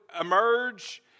emerge